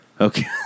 Okay